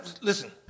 listen